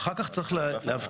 ואחר כך צריך להבטיח